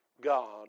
God